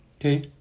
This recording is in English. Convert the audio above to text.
Okay